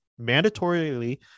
mandatorily